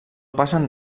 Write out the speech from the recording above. passen